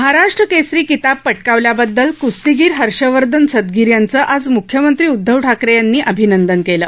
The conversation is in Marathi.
महाराष्ट्र केसरी किताब पटकावल्याबद्दल क्स्तीगीर हर्षवर्धन सदगीर याचं आज म्ख्यमंत्री उद्धव ठाकरे यांनी अभिनंदन केलं